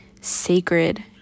sacred